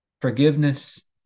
forgiveness